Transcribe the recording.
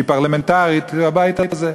שהיא פרלמנטרית, זה הבית הזה.